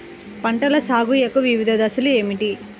పంటల సాగు యొక్క వివిధ దశలు ఏమిటి?